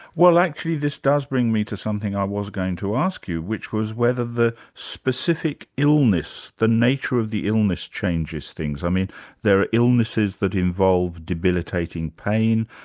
well actually this does bring me to something i was going to ask you, which was whether the specific illness, the nature of the illness changes things. i mean there are illnesses that involve debilitating pain,